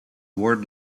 word